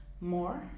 more